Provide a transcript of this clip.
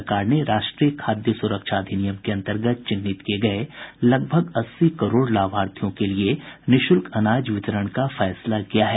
सरकार ने राष्ट्रीय खाद्य सुरक्षा अधिनियम के अन्तर्गत चिन्हित किए गए लगभग अस्सी करोड़ लाभार्थियों के लिए निःशुल्क अनाज वितरण का निर्णय किया है